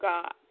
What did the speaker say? God